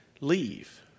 leave